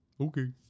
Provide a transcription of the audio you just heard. okay